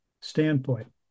standpoint